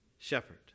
Shepherd